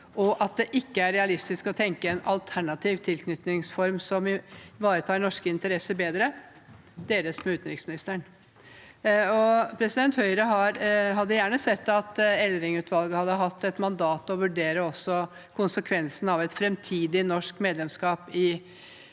og at det ikke er realistisk å tenke en alternativ tilknytningsform som ivaretar norske interesser bedre, deles med utenriksministeren. Høyre hadde gjerne sett at Eldring-utvalget også hadde hatt et mandat til å vurdere konsekvensen av et framtidig norsk medlemskap i